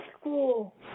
school